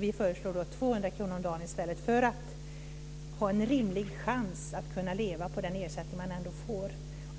Vi föreslår 200 kr om dagen i stället så att man ska ha en rimlig chans att leva på den inkomst som man ändå får.